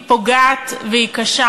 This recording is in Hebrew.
היא פוגעת והיא קשה.